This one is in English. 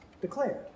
declared